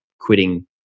quitting